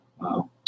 Wow